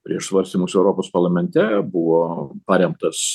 prieš svarstymus europos parlamente buvo paremtas